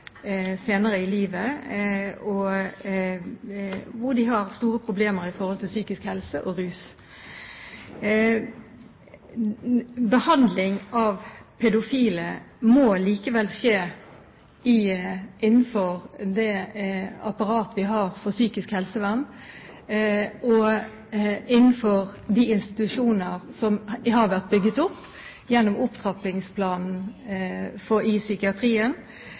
senere i livet, hvor mange har store problemer med psykisk helse og rus. Behandling av pedofile må likevel skje innenfor det apparat vi har for psykisk helsevern, og innenfor de institusjoner som har blitt bygd opp gjennom opptrappingsplanen i psykiatrien.